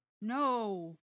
No